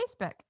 Facebook